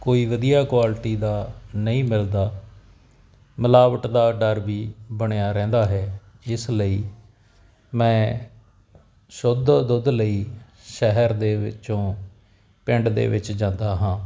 ਕੋਈ ਵਧੀਆ ਕੁਆਲਿਟੀ ਦਾ ਨਹੀਂ ਮਿਲਦਾ ਮਿਲਾਵਟ ਦਾ ਡਰ ਵੀ ਬਣਿਆ ਰਹਿੰਦਾ ਹੈ ਜਿਸ ਲਈ ਮੈਂ ਸ਼ੁੱਧ ਦੁੱਧ ਲਈ ਸ਼ਹਿਰ ਦੇ ਵਿੱਚੋਂ ਪਿੰਡ ਦੇ ਵਿੱਚ ਜਾਂਦਾ ਹਾਂ